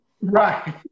Right